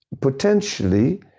potentially